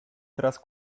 tras